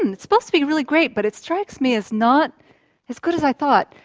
and it's supposed to be really great but it strikes me as not as good as i thought.